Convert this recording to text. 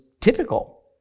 typical